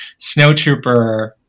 snowtrooper